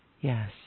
Yes